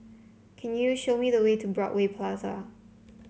can you show me the way to Broadway Plaza